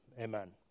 Amen